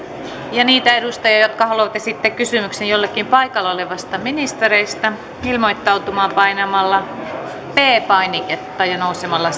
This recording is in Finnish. pyydän niitä edustajia jotka haluavat esittää kysymyksen jollekin paikalla olevista ministereistä ilmoittautumaan painamalla p painiketta ja nousemalla